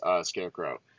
Scarecrow